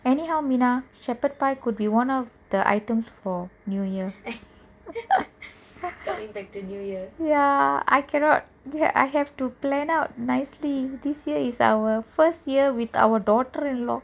anyhow mina shepard pie can be one of the items for new year ya I cannot I have to plan out nicely this is our first year with our daughter in law